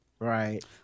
Right